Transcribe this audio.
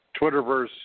Twitterverse